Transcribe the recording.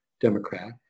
Democrat